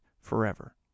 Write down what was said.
forever